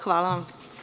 Hvala vam.